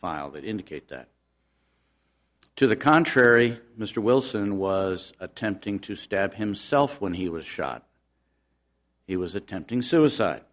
file that indicate that to the contrary mr wilson was attempting to stab himself when he was shot he was attempting suicide